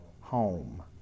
home